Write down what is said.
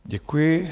Děkuji.